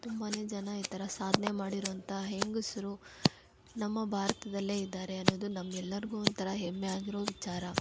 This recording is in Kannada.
ತುಂಬಾ ಜನ ಈ ಥರ ಸಾಧ್ನೆ ಮಾಡಿರುವಂಥ ಹೆಂಗಸ್ರು ನಮ್ಮ ಭಾರತದಲ್ಲೇ ಇದ್ದಾರೆ ಅನ್ನೋದು ನಮ್ಮೆಲ್ಲರಿಗೂ ಒಂಥರ ಹೆಮ್ಮೆ ಆಗಿರೋ ವಿಚಾರ